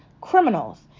criminals